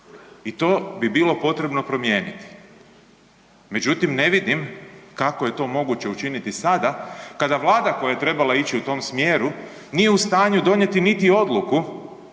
I to bi bilo potrebno promijeniti. Međutim, ne vidim kako je to moguće učiniti sada kada Vlada koja je trebala ići u tom smjeru nije u stanju donijeti niti odluku